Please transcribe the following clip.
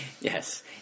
Yes